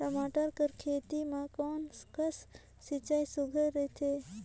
टमाटर कर खेती म कोन कस सिंचाई सुघ्घर रथे?